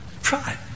Try